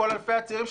כל אלפי הצעירים,